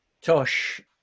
Tosh